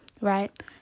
right